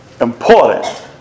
important